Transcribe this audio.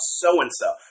so-and-so